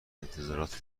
انتظاراتی